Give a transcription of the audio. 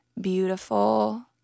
beautiful